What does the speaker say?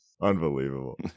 unbelievable